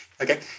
Okay